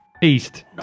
east